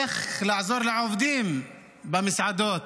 איך לעזור לעובדים במסעדות.